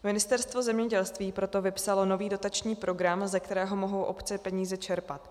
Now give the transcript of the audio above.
Ministerstvo zemědělství proto vypsalo nový dotační program, ze kterého mohou obce peníze čerpat.